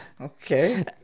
Okay